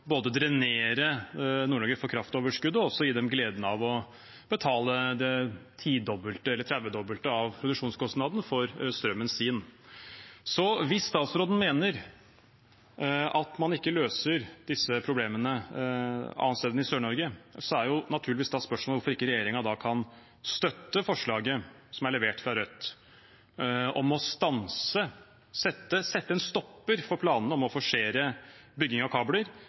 både drenere Nord-Norge for kraftoverskuddet og også gi dem gleden av å betale det tidobbelte eller tredvedobbelte av produksjonskostnaden for strømmen sin. Hvis statsråden mener at man ikke løser disse problemene andre steder enn i Sør-Norge, er naturligvis spørsmålet da hvorfor ikke regjeringen kan støtte forslaget som er levert fra Rødt, om å sette en stopper for planene om å forsere bygging av kabler